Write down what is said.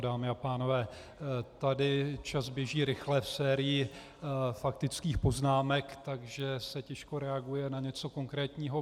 Dámy a pánové, tady čas běží rychle v sérii faktických poznámek, takže se těžko reaguje na něco konkrétního.